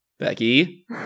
Becky